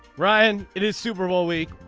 brian it is super bowl week.